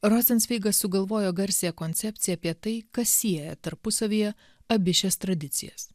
rozencveigas sugalvojo garsiąją koncepciją apie tai kas sieja tarpusavyje abi šias tradicijas